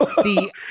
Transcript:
See